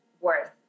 worth